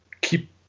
keep